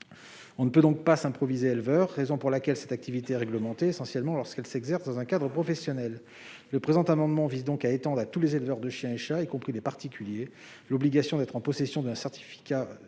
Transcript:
On ne peut pas s'improviser éleveur. C'est la raison pour laquelle cette activité est réglementée lorsqu'elle s'exerce dans un cadre professionnel. Le présent amendement vise donc à étendre à tous les éleveurs de chiens et de chats, y compris aux particuliers, l'obligation d'être en possession d'un certificat ou